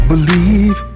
Believe